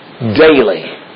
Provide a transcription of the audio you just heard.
daily